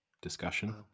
discussion